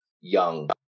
Young